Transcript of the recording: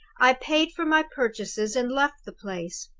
i paid for my purchases, and left the place.